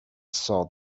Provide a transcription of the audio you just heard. saw